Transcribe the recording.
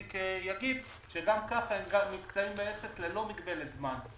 גם ככה הם נמצאים באפס ללא מגבלת זמן.